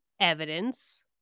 evidence